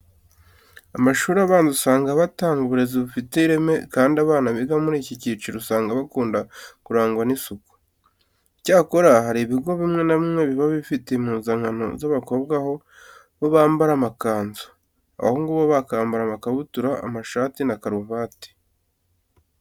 Amashuri abanza asanga aba atanga uburezi bufite ireme kandi abana biga muri iki cyiciro usanga bakunda kurangwa n'isuku. Icyakora, hari ibigo bimwe na bimwe biba bifite impuzankano z'abakobwa aho bo bambara amakanzu, abahungu bo bakambara amakabutura, amashati na karuvati.